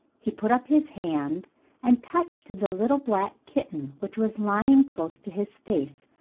he put up his hand and touched the little black kitten, which was lying close to his face.